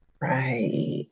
Right